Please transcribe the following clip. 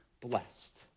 blessed